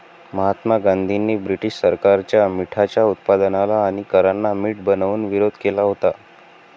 महात्मा गांधींनी ब्रिटीश सरकारच्या मिठाच्या उत्पादनाला आणि करांना मीठ बनवून विरोध केला होता